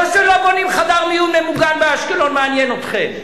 לא שלא בונים חדר מיון ממוגן באשקלון מעניין אתכם.